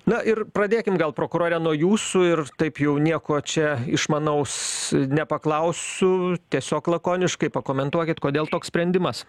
na ir pradėkim gal prokurore nuo jūsų ir taip jau nieko čia išmanaus nepaklausiu tiesiog lakoniškai pakomentuokit kodėl toks sprendimas